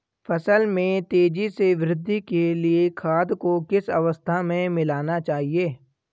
फसल में तेज़ी से वृद्धि के लिए खाद को किस अवस्था में मिलाना चाहिए?